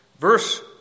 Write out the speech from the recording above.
Verse